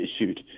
issued